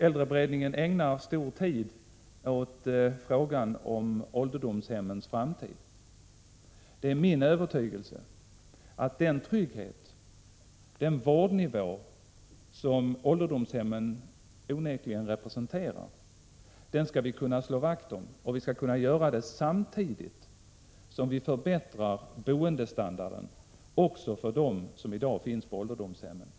Äldreberedningen ägnar mycken tid åt frågan om ålderdomshemmens framtid. Det är min övertygelse att vi skall kunna slå vakt om den trygghet och den vårdnivå som ålderdomshemmen onekligen representerar samtidigt som vi förbättrar boendestandarden också för dem som i dag finns på ålderdomshemmen.